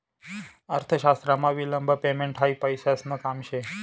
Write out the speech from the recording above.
अर्थशास्त्रमा विलंब पेमेंट हायी पैसासन काम शे